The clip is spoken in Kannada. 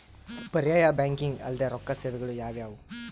ಪರ್ಯಾಯ ಬ್ಯಾಂಕಿಂಗ್ ಅಲ್ದೇ ರೊಕ್ಕ ಸೇವೆಗಳು ಯಾವ್ಯಾವು?